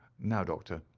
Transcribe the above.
now, doctor,